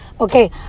Okay